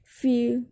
feel